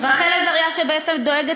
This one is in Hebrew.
רחל עזריה, שבעצם דואגת